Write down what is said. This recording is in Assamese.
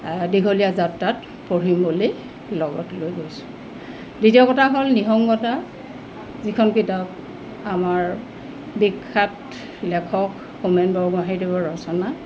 দীঘলীয়া যাত্ৰাত পঢ়িম বুলি লগত লৈ গৈছোঁ দ্বিতীয় কথা হ'ল নিসংগতা যিখন কিতাপ আমাৰ বিখ্যাত লেখক হোমেন বৰগোহাঞিদেৱৰ ৰচনা